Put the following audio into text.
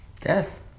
Death